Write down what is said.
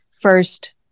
first